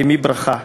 למי ברכה?